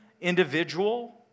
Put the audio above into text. individual